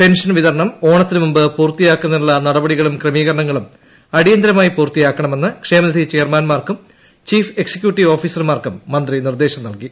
pension വിതരണം ഓണത്തിനു മുമ്പ് പൂർത്തിയാക്കുന്നതിനുള്ള നടപടികളും ക്രമീകരണങ്ങളും അടിയന്തരമായി പൂർത്തിയാക്കണമെന്ന് ക്ഷേമനിധി ചെയർമാൻമാർക്കും ചീഫ് എക്സിക്യൂട്ടീവ് ഓഫീസർമാർക്കും മന്ത്രി നിർദ്ദേശം നൽകി